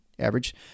Average